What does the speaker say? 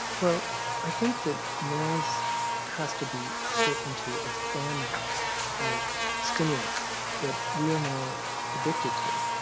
well i think that noise has to be fit into a family of stimulants that we are now addicted to,